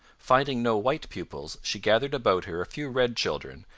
finding no white pupils, she gathered about her a few red children,